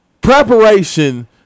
preparation